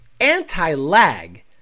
Anti-lag